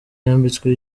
yambitswe